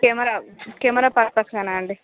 camera camera పర్పస్గానా అండి